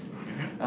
mmhmm